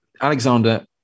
Alexander